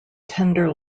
tender